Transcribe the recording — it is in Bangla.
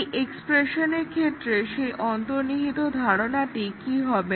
এই এক্সপ্রেশনের ক্ষেত্রে সেই অন্তর্নিহিত ধারণাটি কি হবে